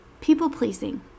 People-pleasing